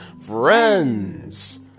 Friends